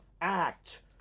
act